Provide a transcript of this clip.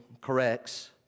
corrects